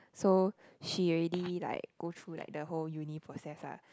so she already like go through like the whole uni process ah